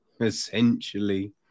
essentially